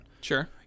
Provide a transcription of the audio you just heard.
Sure